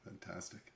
Fantastic